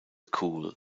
cool